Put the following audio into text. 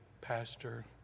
pastor